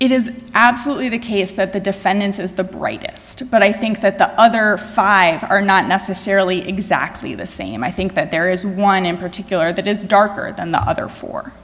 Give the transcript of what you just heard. it is absolutely the case that the defendant is the brightest but i think that the other five are not necessarily exactly the same i think that there is one in particular that is darker than the other fo